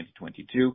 2022